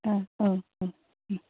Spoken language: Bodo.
अ अ औ